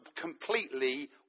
completely